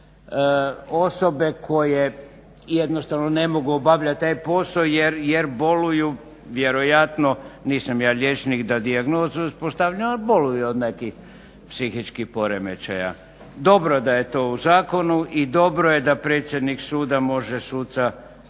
Osobe koje jednostavno ne mogu obavljat taj posao jer boluju vjerojatno, nisam ja liječnik da dijagnozu uspostavljam ali boluju od nekih psihičkih poremećaja. Dobro da je to u zakonu i dobro je da predsjednik suda može suca poslati